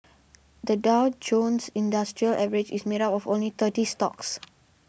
the Dow Jones Industrial Average is made up of only thirty stocks